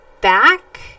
back